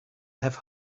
have